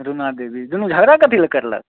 रुना देवी दुनू झगड़ा कथी लए करलक